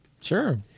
sure